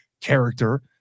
character